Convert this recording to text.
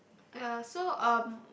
uh so um